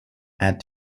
add